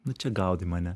nu čia gaudai mane